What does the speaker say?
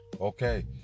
Okay